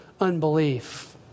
unbelief